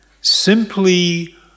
simply